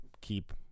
keep